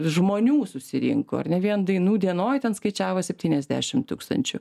žmonių susirinko ar ne vien dainų dienoj ten skaičiavo septyniasdešimt tūkstančių